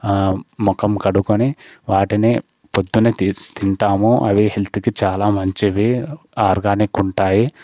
మొఖం కడుకొని వాటిని పొద్దునే తిన్ తింటాము అవి హెల్త్కి చాలా మంచిది ఆర్గానిక్ ఉంటాయి